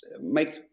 make